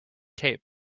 tape